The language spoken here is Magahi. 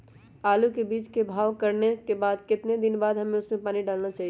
आलू के बीज के भाव करने के बाद कितने दिन बाद हमें उसने पानी डाला चाहिए?